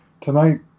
tonight